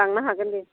लांनो हागोन दे